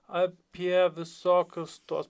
apie visokius tuos